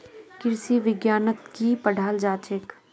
कृषि विज्ञानत की पढ़ाल जाछेक